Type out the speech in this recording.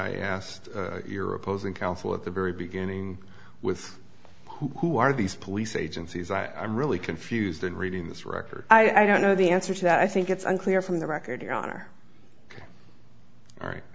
i asked your opposing counsel at the very beginning with who are these police agencies i am really confused and reading this record i don't know the answer to that i think it's unclear from the record your honor